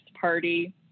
party